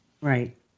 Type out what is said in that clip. right